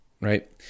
right